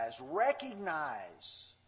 Recognize